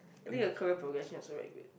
I think your career progression also very big